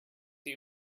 you